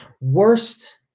Worst